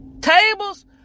Tables